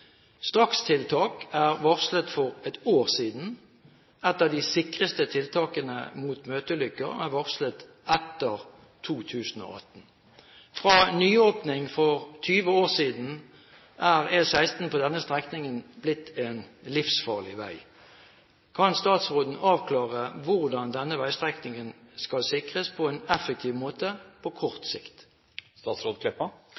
Strakstiltak er varslet for ett år siden. Et av de sikreste tiltak mot møteulykker er varslet etter 2018. Fra nyåpning for 20 år siden er E16 på denne strekningen blitt en livsfarlig vei. Kan statsråden avklare hvordan denne veistrekningen skal sikres på en effektiv måte på